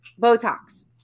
Botox